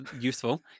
useful